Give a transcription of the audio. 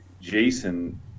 Jason